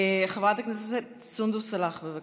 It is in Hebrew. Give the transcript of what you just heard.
חברת הכנסת סונדוס סאלח, בבקשה.